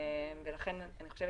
לכן אני חושבת